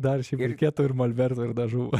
dar šiaip reikėtų ir molberto ir dažų